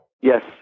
Yes